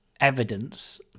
evidence